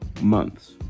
months